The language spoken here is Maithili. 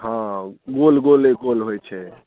हँ गोल गोले गोल होयत छै